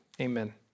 Amen